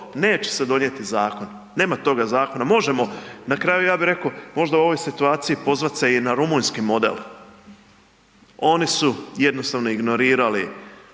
neće se donijeti zakon, nema toga zakona. Možemo na kraju ja bih rekao možda u ovoj situaciji pozvat se i na rumunjski model, oni su jednostavno ignorirali